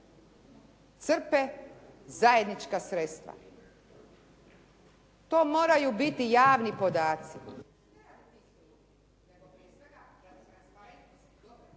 crpe zajednička sredstva. To moraju biti javni podaci